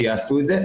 שיעשו את זה.